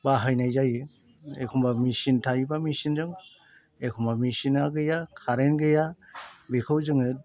बाहायनाय जायो एखमब्ला मेचिन थायोब्ला मेचिनजों एखमब्ला मेचिना गैया कारेन्ट गैया बेखौ जोङो